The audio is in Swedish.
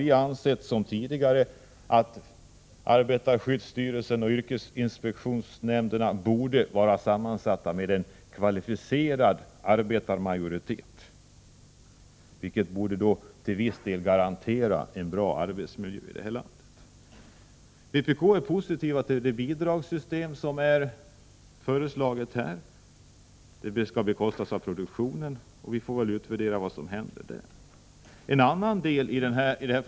Vi anser nu liksom tidigare att arbetarskyddsstyrelsen och yrkesinspektionsnämnderna borde vara sammansatta med en kvalificerad arbetarmajoritet, vilket borde till viss del garantera en bra arbetsmiljö här i landet. Vpk är positivt till det bidragssystem som föreslås. Det skall bekostas av produktionen, och vi får väl utvärdera vad som händer.